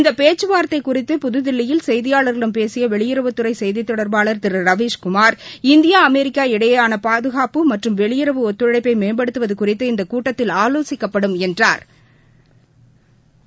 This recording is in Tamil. இந்த பேச்சுவார்த்தை குறித்து புதுதில்லியில் செய்தியாளர்களிடம் பேசிய வெளியுறவுத்துறை செய்தித் தொடர்பாளர் திரு ரவீஷ்குமார் இந்தியா அமெரிக்கா இடையேயான பாதுகாப்பு மற்றும் வெளியுறவு ஒத்துழைப்பை மேம்படுத்துவது குறித்து இக்கூட்டத்தில் ஆலோசிக்கப்படும் என்றா்